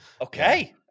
Okay